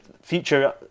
future